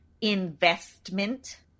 investment